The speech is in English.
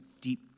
deep